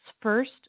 first